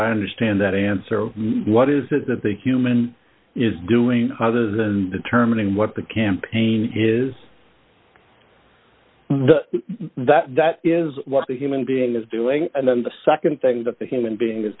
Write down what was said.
i understand that answer what is it that the human is doing other than determining what the campaign is that that is what a human being is doing and then the nd thing that the human being is